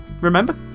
remember